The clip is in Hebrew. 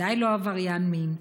ודאי לא עברייני מין.